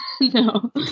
No